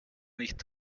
nicht